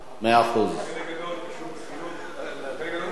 כי חלק גדול, פשוט, זה חינוך, אוקיי.